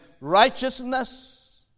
righteousness